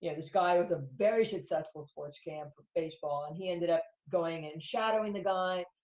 yeah this guy who has a very successful sports camp, baseball, and he ended up going and shadowing the guy.